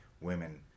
Women